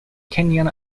kenyan